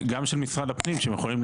אני הייתי